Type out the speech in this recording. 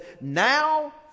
Now